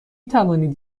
توانید